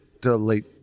delete